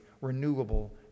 renewable